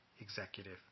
executive